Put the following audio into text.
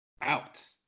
out